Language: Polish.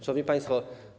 Szanowni Państwo!